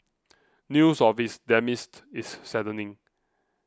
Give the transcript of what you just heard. news of his demise is saddening